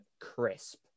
crisp